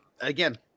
again